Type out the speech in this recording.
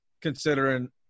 considering